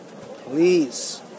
Please